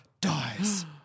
dies